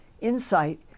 insight